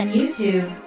YouTube